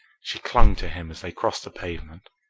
she clung to him as they crossed the pavement.